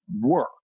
work